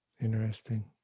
Interesting